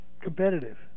Competitive